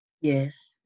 Yes